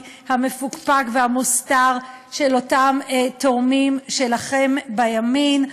המפוקפק והמוסתר של אותם תורמים שלכם בימין,